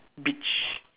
beige